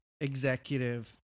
executive